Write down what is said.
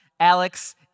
Alex